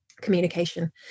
communication